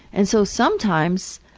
and so sometimes